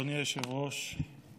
אדוני היושב-ראש,